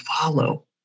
follow